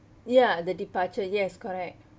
ya the departure yes correct